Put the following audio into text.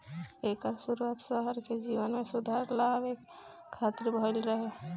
एकर शुरुआत शहर के जीवन में सुधार लियावे खातिर भइल रहे